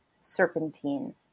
serpentine